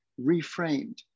reframed